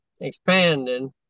expanding